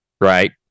right